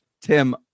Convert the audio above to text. Tim